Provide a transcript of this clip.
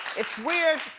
it's weird,